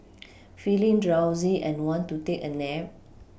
feeling drowsy and want to take a nap